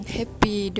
happy